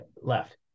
left